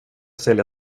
sälja